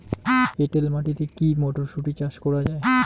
এটেল মাটিতে কী মটরশুটি চাষ করা য়ায়?